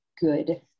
good